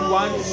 one